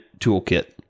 toolkit